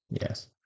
Yes